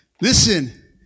Listen